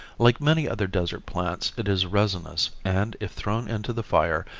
like many other desert plants it is resinous and if thrown into the fire,